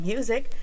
Music